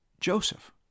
Joseph